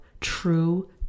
true